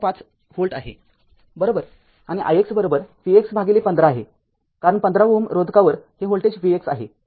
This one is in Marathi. ५ व्होल्ट आहे बरोबर आणि ixvx१५ आहे कारण १५Ω रोधकावर हे व्होल्टेज vx आहे